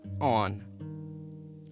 on